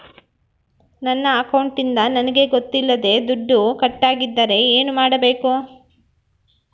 ನನ್ನ ಅಕೌಂಟಿಂದ ನನಗೆ ಗೊತ್ತಿಲ್ಲದೆ ದುಡ್ಡು ಕಟ್ಟಾಗಿದ್ದರೆ ಏನು ಮಾಡಬೇಕು?